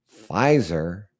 Pfizer